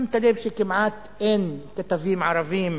שמת לב שכמעט אין כתבים ערבים